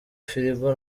firigo